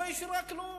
לא השאירה כלום.